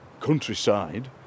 countryside